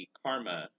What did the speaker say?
karma